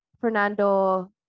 Fernando